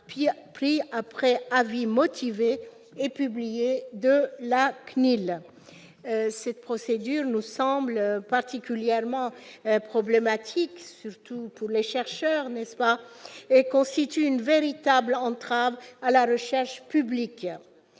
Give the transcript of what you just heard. pris après avis motivé et publié de la CNIL. Cette procédure nous semble particulièrement problématique, surtout pour les chercheurs, et constitue une véritable entrave à la recherche publique.